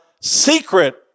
secret